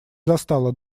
застала